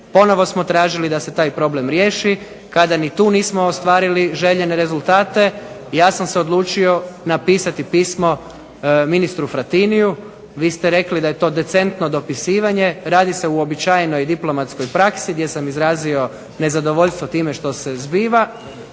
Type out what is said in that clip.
ponovo smo tražili da se taj problem riješi. Kada ni tu nismo ostvarili željene rezultate ja sam se odlučio napisati pismo ministru Frattiniju. Vi ste rekli da je to decentno dopisivanje. Radi se o uobičajenoj diplomatskoj praksi gdje sam izrazio nezadovoljstvo time što se zbiva